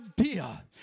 idea